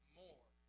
more